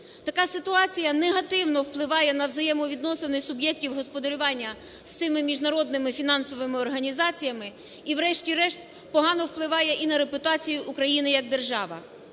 Така ситуація негативно впливає на взаємовідносини суб'єктів господарювання з цими міжнародними фінансовим організаціями, і врешті-решт погано впливає і на репутацію України, як держави.